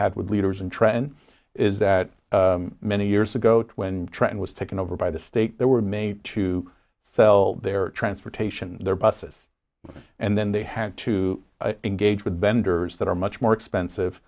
with leaders and trent is that many years ago when trent was taken over by the state they were made to sell their transportation their buses and then they had to engage with vendors that are much more expensive